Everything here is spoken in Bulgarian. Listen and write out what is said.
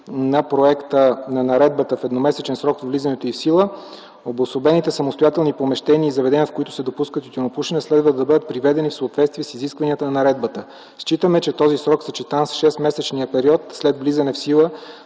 на проекта на наредбата в едномесечен срок от влизането й в сила обособените самостоятелни помещения и заведения, в които се допуска тютюнопушене, следва да бъдат приведени в съответствие с изискванията на наредбата. Считаме, че този срок, съчетан с 6 месечния период след влизане в сила